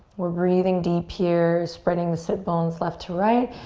we're breathing deep here. spreading the sit bones left to right.